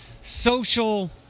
social